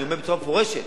אני אומר בצורה מפורשת,